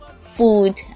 food